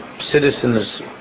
citizens